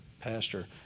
Pastor